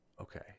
Okay